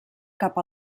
cap